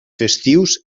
festius